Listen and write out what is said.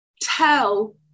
tell